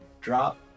drop